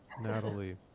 Natalie